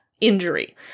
injury